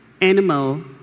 animal